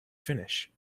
finish